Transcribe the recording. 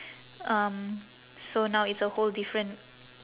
um so now it's a whole different